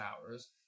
hours